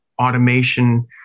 automation